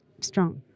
strong